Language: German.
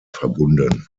verbunden